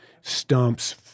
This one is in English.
Stumps